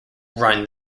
run